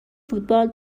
فوتبال